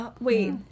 Wait